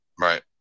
Right